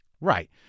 Right